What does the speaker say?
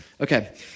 Okay